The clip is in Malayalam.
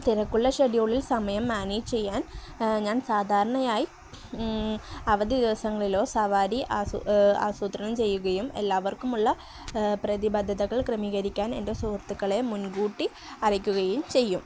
തിരക്കുള്ള ഷെഡ്യൂളിൽ സമയം മാനേജ് ചെയ്യാൻ ഞാൻ സാധാരണയായി അവധി ദിവസങ്ങളിലോ സവാരി ആ ആസൂത്രണം ചെയ്യുകയും എല്ലാവർക്കുമുള്ള പ്രതിബദ്ധതകൾ ക്രമീകരിക്കാൻ എൻ്റെ സുഹൃത്തുക്കളെ മുൻകൂട്ടി അറിയിക്കുകയും ചെയ്യും